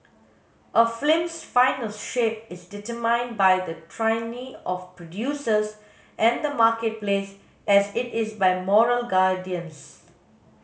a film's final shape is determined by the tyranny of producers and the marketplace as it is by moral guardians